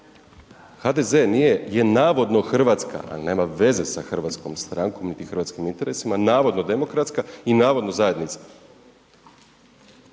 je navodno hrvatska, a nema veze sa hrvatskom strankom, niti hrvatskim interesima, navodno demokratska i navodno zajednica.